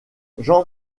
jean